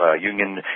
union